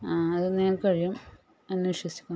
അത് വേഗം കഴിയും എന്ന് വിശ്വസിക്കുന്നു